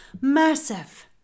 Massive